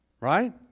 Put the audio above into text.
Right